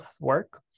work